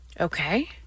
Okay